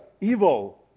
evil